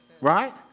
Right